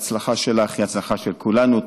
ההצלחה שלך היא הצלחה של כולנו,